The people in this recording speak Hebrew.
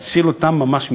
להציל אותם ממש ממוות.